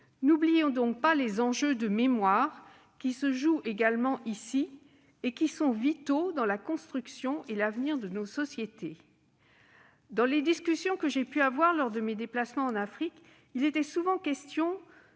n'oublions pas les enjeux de mémoire qui se jouent également ici et qui sont vitaux dans la construction et l'avenir de nos sociétés. Dans les discussions que j'ai pu avoir lors de mes déplacements en Afrique, il était souvent question